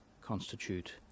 constitute